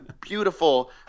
Beautiful